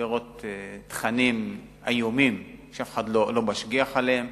תכנים איומים שאף אחד לא משגיח עליהם.